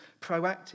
proactive